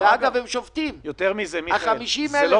אגב, ה-50,000